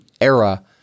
era